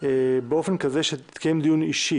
באופן כזה שיתקיים דיון אישי